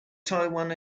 taiwan